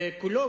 כולו,